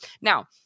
Now